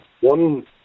one